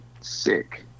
sick